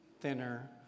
thinner